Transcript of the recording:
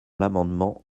l’amendement